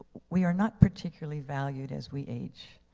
we are not particularly valued as we age.